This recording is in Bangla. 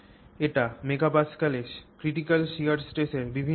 এটি MPa তে critical shear stress এর বিভিন্ন মান